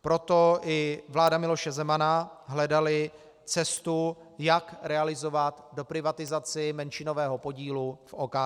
Proto i vláda Miloše Zemana hledala cestu, jak realizovat doprivatizaci menšinového podílu v OKD.